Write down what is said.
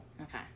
Okay